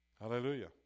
Hallelujah